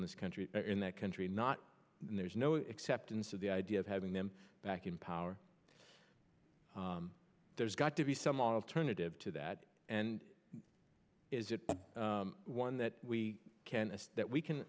in this country in that country not and there's no except in so the idea of having them back in power there's got to be some alternative to that and is it one that we can that we can